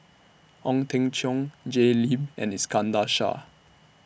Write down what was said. Ong Teng Cheong Jay Lim and Iskandar Shah